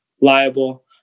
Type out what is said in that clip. liable